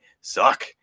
suck